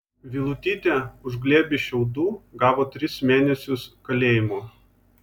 vilutytė už glėbį šiaudų gavo tris mėnesius kalėjimo